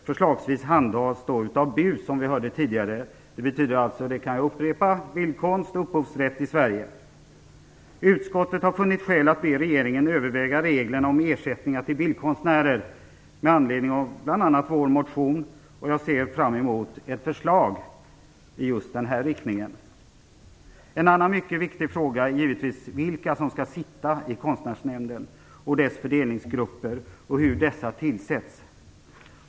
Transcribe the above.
Förslagsvis skall detta handhas av BUS, som vi tidigare hörde betyder Bildkonst och upphovsrätt i Sverige. Utskottet har funnit skäl att be regeringen att överväga reglerna om ersättningar till bildkonstnärer med anledning av bl.a. vår motion. Jag ser fram emot ett förslag i den riktningen. En annan viktig fråga är givetvis vilka som skall sitta i Konstnärsnämnden och dess fördelningsgrupper samt hur dessa tillsätts.